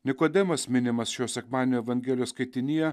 nikodemas minimas šio sekmadienio evangelijos skaitinyje